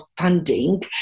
funding